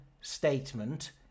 statement